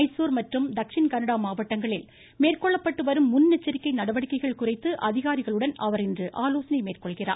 மைசூர் மற்றும் தக்ஷின் கனடா மாவட்டங்களில் மேற்கொள்ளப்பட்டு வரும் முன்னெச்சரிக்கை நடவடிக்கைகள் குறித்து அதிகாரிகளுடன் அவர் ஆலோசனை மேற்கொள்கிறார்